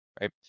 right